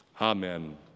Amen